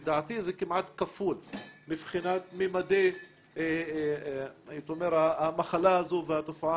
לדעתי זה כמעט כפול מבחינת מימדי המחלה הזו והתופעה